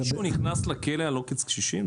מישהו נכנס לכלא על עוקץ קשישים?